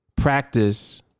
practice